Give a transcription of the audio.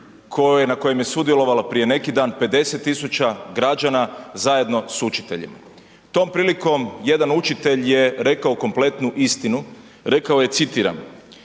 na kojem je sudjelovalo prije neki dan 50.000 građana zajedno sa učiteljima. Tom prilikom jedan učitelj je rekao kompletnu istinu, rekao je citiram: